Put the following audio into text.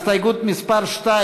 הסתייגות מס' 2,